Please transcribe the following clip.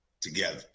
together